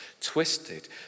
twisted